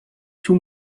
two